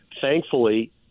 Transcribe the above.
thankfully